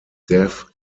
deaf